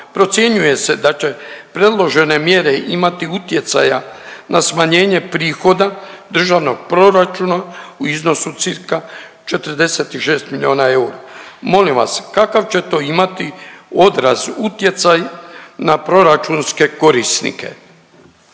Procjenjuje se da će predložene mjere imati utjecaja na smanjenje prihoda državnog proračuna u iznosu cirka 46 milijuna eura. Molim vas kakav će to imati odraz utjecaj na proračunske korisnike?